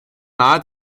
nahe